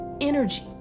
energy